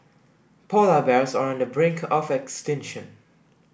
polar bears are on the brink of extinction